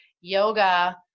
yoga